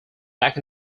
back